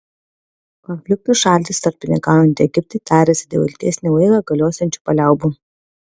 konflikto šalys tarpininkaujant egiptui tariasi dėl ilgesnį laiką galiosiančių paliaubų